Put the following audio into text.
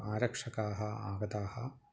आरक्षकाः आगताः